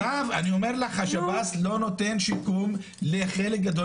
מירב, אני אומר לך, שב"ס לא נותן שיקום לחלק גדול